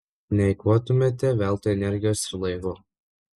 neeikvotumėte veltui energijos ir laiko